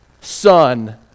son